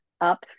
up